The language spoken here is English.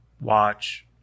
watch